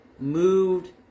Moved